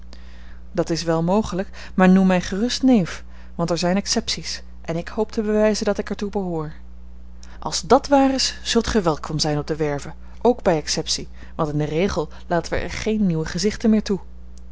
dat is wel mogelijk maar noem mij gerust neef want er zijn excepties en ik hoop te bewijzen dat ik er toe behoor als dàt waar is zult gij welkom zijn op de werve ook bij exceptie want in den regel laten wij er geen nieuwe gezichten meer toe